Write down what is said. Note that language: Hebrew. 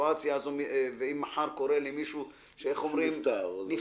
ואם מחר קורה למישהו שהוא נפטר,